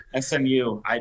SMU